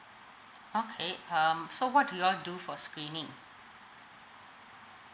okay um so what do you all do for screening